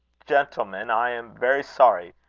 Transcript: gentlemen, i am very sorry.